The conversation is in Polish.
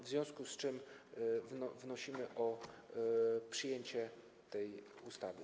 W związku z czym wnosimy o przyjęcie tej ustawy.